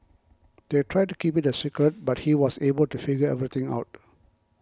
they tried to keep it a secret but he was able to figure everything out